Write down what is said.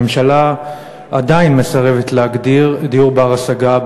הממשלה עדיין מסרבת להגדיר בחקיקה דיור בר-השגה,